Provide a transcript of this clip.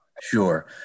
Sure